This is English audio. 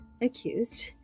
accused